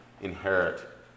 inherit